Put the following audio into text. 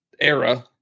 era